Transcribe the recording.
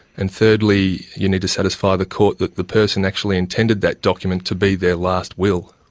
and thirdly you need to satisfy the court that the person actually intended that document to be their last will.